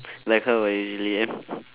like how I usually am